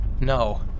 No